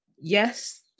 yes